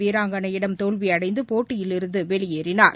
வீராங்கனையிடம் தோல்வியடைந்து போட்டியிலிருந்து வெளியேறினார்